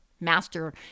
Master